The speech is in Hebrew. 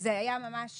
זה היה ממש